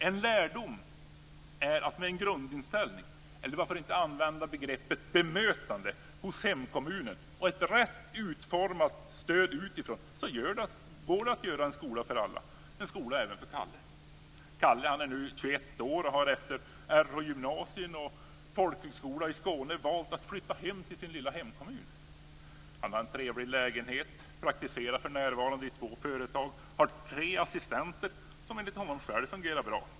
En lärdom är att med en grundinställning, eller varför inte använda begreppet bemötande, hos hemkommunen och ett rätt utformat stöd utifrån går det att göra en skola för alla - en skola även för Kalle. Kalle är nu 21 år och har efter Rh-gymnasium och folkhögskola i Skåne valt att flytta hem till sin lilla hemkommun. Han har en trevlig lägenhet, praktiserar för närvarande i två företag och har tre assistenter som enligt honom själv fungerar bra.